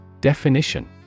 Definition